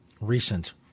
recent